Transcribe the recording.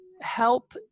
help